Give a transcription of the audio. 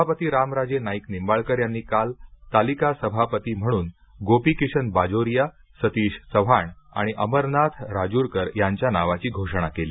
सभापती रामराजे नाईक निंबाळकर यांनी काल तालिका सभापती म्हणून गोपीकिशन बाजोरिया सतीश चव्हाण आणि अमरनाथ राजूरकर यांच्या नावाची घोषणा केली